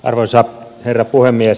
arvoisa herra puhemies